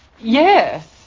Yes